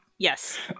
Yes